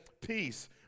peace